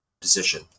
position